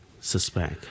suspect